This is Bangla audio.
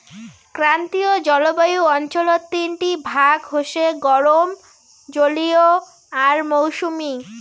ক্রান্তীয় জলবায়ু অঞ্চলত তিনটি ভাগ হসে গরম, জলীয় আর মৌসুমী